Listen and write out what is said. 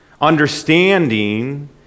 understanding